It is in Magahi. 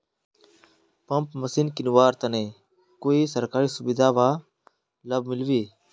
पंप मशीन किनवार तने कोई सरकारी सुविधा बा लव मिल्बी?